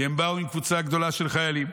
כי הם באו עם קבוצה גדולה של חיילים.